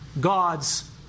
God's